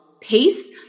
pace